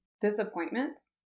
disappointments